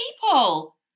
people